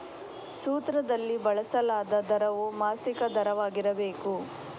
ಸೂತ್ರದಲ್ಲಿ ಬಳಸಲಾದ ದರವು ಮಾಸಿಕ ದರವಾಗಿರಬೇಕು